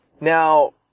Now